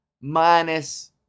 minus